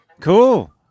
cool